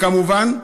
כמובן,